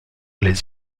les